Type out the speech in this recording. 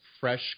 fresh